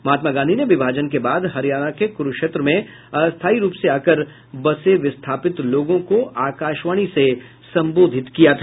महात्मा गांधी ने विभाजन के बाद हरियाणा के क्रूक्षेत्र में अस्थाई रूप से आकर बसे विस्थापित लोगों को आकाशवाणी से संबोधित किया था